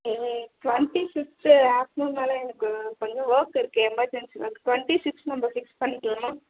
okay twenty fifth afternoon மேலே எனக்கு கொஞ்சம் ஒர்க் இருக்கு எமர்ஜென்சி மேம் ட்வெண்ட்டி சிக்ஸ் நம்ம ஃபிக்ஸ் பண்ணிக்கலாமா